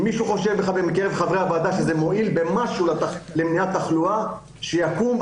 אם מישהו מחברי הוועדה חושב שזה מועיל במשהו למניעת תחלואה שיקום.